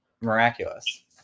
miraculous